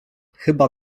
chyba